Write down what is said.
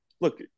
Look